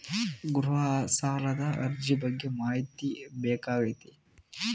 ಗೃಹ ಸಾಲದ ಅರ್ಜಿ ಬಗ್ಗೆ ಮಾಹಿತಿ ಬೇಕಾಗೈತಿ?